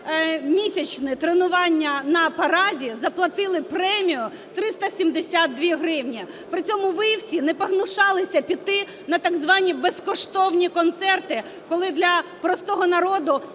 багатомісячне тренування на параді заплатили премію 372 гривні?! При цьому ви всі не погнушалися піти на так звані безкоштовні концерти, коли для простого народу